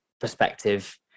perspective